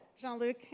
Jean-Luc